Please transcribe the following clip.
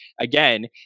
again